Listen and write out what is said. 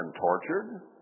tortured